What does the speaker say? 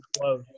close